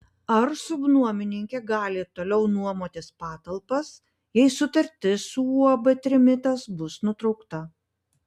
ar subnuomininkė gali toliau nuomotis patalpas jei sutartis su uab trimitas bus nutraukta